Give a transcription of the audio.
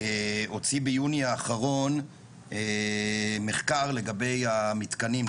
הוציא ביוני האחרון מחקר לגבי המתקנים,